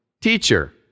Teacher